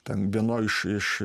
ten vienoj iš iš